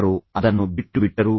ಅವರು ಅದನ್ನು ಬಿಟ್ಟುಬಿಟ್ಟರು